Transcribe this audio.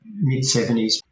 mid-70s